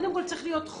שקודם כל צריך להיות חוק,